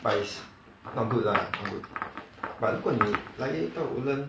but it's not good lah but 问你 likely 到 woodlands